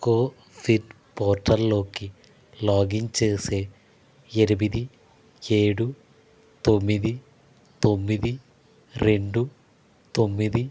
Covid పోర్టల్లోకి login చేసే ఎనిమిది ఏడు తొమ్మిది తొమ్మిది రెండు తొమ్మిది